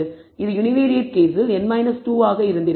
இது யுனிவேரியேட் கேஸில் n 2 ஆக இருந்திருக்கும்